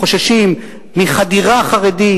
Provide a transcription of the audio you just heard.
חוששים מחדירה חרדית,